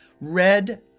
red